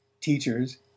Teachers